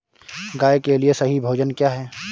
गाय के लिए सही भोजन क्या है?